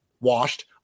washed